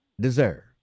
deserve